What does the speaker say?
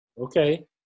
okay